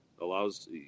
allows